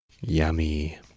Yummy